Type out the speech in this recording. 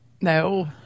No